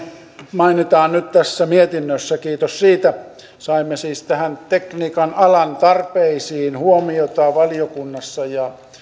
mainitaan nyt tässä mietinnössä kiitos siitä saimme siis tekniikan alan tarpeisiin huomiota valiokunnassa ja